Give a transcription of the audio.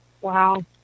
Wow